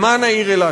למען העיר אילת,